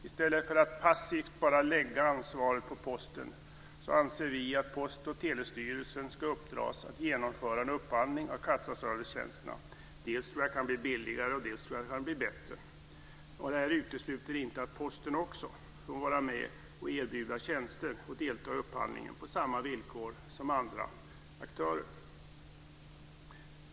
I stället för att passivt lägga ansvaret på Posten vill vi uppdra åt Post och telestyrelsen att genomföra en upphandling av kassaservicetjänsterna. Dels tror jag att det kan bli billigare, dels tror jag att det kan bli bättre. Detta utesluter inte att Posten också får vara med och erbjuda tjänster och delta i upphandlingen på samma villkor som andra aktörer.